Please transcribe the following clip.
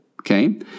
Okay